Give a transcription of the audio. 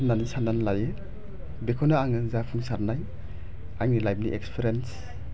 होननानै साननानै लायो बेखौनो आङो जाफुंसारनाय आंनि लाइफनि इकस्फिरेन्स